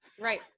Right